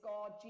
God